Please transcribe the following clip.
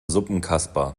suppenkasper